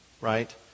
right